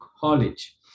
College